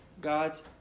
God's